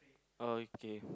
okay